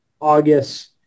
August